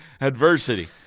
adversity